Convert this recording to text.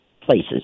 places